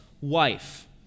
wife